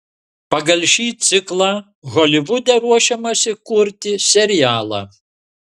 pagal šį ciklą holivude ruošiamasi kurti serialą